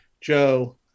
Joe